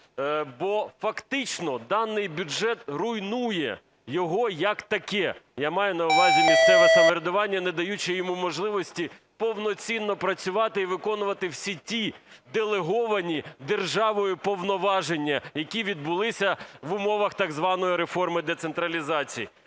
Бо фактично даний бюджет руйнує його як такий, я маю на увазі місцеве самоврядування, не даючи йому можливості повноцінно працювати і виконувати всі ті делеговані державою повноваження, які відбулися в умовах так званої реформи децентралізації.